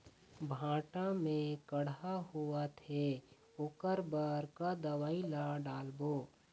भांटा मे कड़हा होअत हे ओकर बर का दवई ला डालबो?